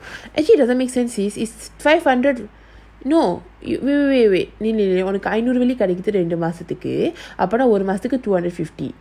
actually doesn't make sense sis is five hundred no wait wait wait உனக்குஐநூறுவெள்ளிகிடைக்குதுரெண்டுமாசத்துக்குஅப்டினாஒருமாசத்துக்கு:unaku inooru velli kidaikuthu rendu masathuku apdina oru masathuku two hundred fifty